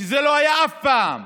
שזה לא היה אף פעם.